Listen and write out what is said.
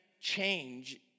change